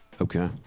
Okay